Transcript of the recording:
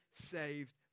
saved